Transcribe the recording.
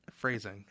phrasing